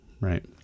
right